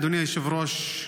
אדוני היושב-ראש,